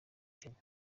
kenya